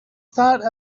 thought